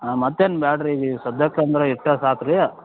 ಹಾಂ ಮತ್ತೇನು ಬ್ಯಾಡ್ರಿ ಇಲ್ಲಿ ಸದ್ಯಕ್ಕೆ ಅಂದ್ರ ಇಷ್ಟೇ ಸಾಕು ರೀ